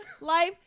life